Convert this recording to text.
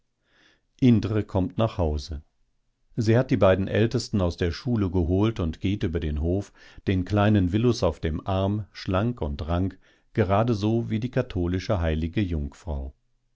indre kommt nach hause sie hat die beiden ältesten aus der schule geholt und geht über den hof den kleinen willus auf dem arm schlank und rank geradeso wie die katholische heilige jungfrau